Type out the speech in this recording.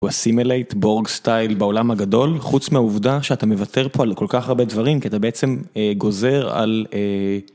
אסימילייט בורג סטייל בעולם הגדול חוץ מהעובדה שאתה מוותר פה על כל כך הרבה דברים כי אתה בעצם גוזר על.